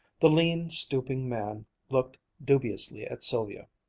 the lean, stooping man looked dubiously at sylvia.